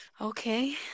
Okay